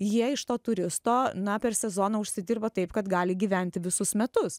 jie iš to turisto na per sezoną užsidirba taip kad gali gyventi visus metus